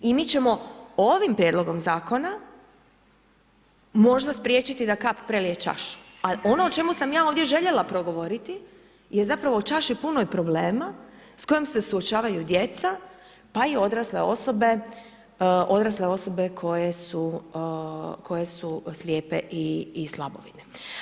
I mi ćemo ovim prijedlogom zakona možda spriječiti da kap prelije čašu a ono o čemu sam ja ovdje željela progovoriti je zapravo o čaši punoj problema s kojom se suočavaju djeca pa i odrasle osobe koje su slijepe i slabovidne.